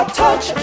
touch